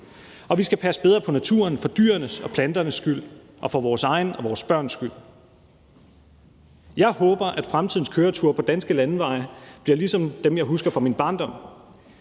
Og vi skal passe bedre på naturen for dyrenes og planternes skyld og for vores egen og vores børns skyld. Jeg håber, at fremtidens køreture på de danske landeveje bliver ligesom dem, jeg husker fra min barndom.